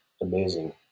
amazing